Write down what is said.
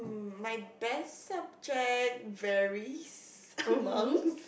my best subject varies among